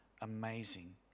amazing